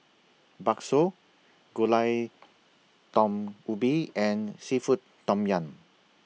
Bakso Gulai Daun Ubi and Seafood Tom Yum